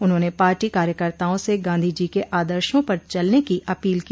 उन्होंने पार्टी कार्यकर्ताओं से गांधी जी के आदर्शो पर चलने की अपील की